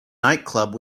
nightclub